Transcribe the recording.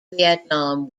vietnam